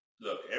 look